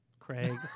Craig